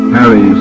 Harry